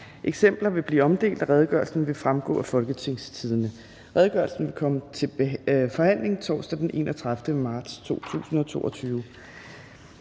Eksemplarer vil blive omdelt, og redegørelsen vil fremgå af www.folketingstidende.dk. Redegørelsen vil komme til forhandling torsdag den 31. marts 2022.